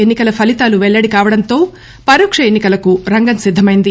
ఎన్నికల ఫలీతాలు పెల్లడి కావడంతో పరోక్ష ఎన్ని కలకు రంగం సిద్దమైంది